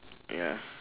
ya